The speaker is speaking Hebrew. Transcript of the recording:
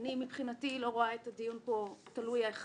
אני מבחינתי לא רואה את הדיון פה תלוי אחד